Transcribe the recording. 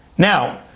Now